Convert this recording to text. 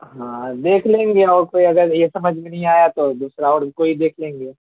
ہاں دیکھ لیں گے اور کوئی اگر یہ سمجھ میں نہیں آیا تو دوسرا اور کوئی دیکھ لیں گے